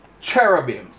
Cherubims